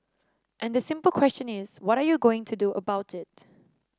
and the simple question is what are you going to do about it